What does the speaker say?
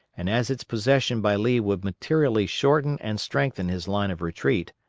and as its possession by lee would materially shorten and strengthen his line of retreat,